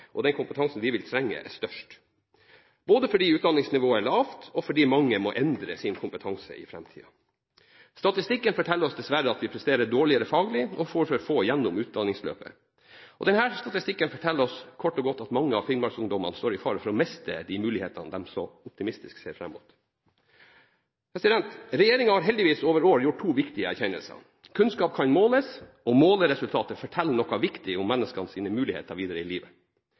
og den kompetansen vi vil trenge, er størst, både fordi utdanningsnivået er lavt, og fordi mange må endre sin kompetanse i framtiden. Statistikken forteller oss dessverre at vi presterer dårligere faglig, og får for få gjennom utdanningsløpet. Denne statistikken forteller oss kort og godt at mange av finnmarksungdommene står i fare for å miste de mulighetene de så optimistisk ser fram mot. Regjeringen har heldigvis over år gjort to viktige erkjennelser: Kunnskap kan måles, og måleresultatet forteller noe viktig om menneskenes muligheter videre i livet.